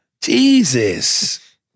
Jesus